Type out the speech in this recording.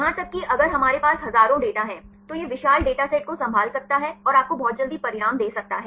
यहां तक कि अगर हमारे पास हजारों डेटा हैं तो यह विशाल डेटा सेट को संभाल सकता है और आपको बहुत जल्दी परिणाम दे सकता है